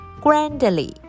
Grandly